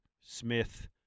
Smith